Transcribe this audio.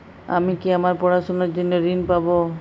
আমি কি আমার পড়াশোনার জন্য ঋণ পাব?